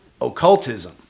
occultism